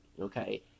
okay